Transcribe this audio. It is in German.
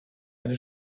eine